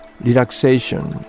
relaxation